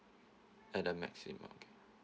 and the maximum okay